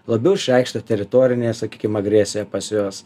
labiau išreikšta teritorinė sakykim agresija pas juos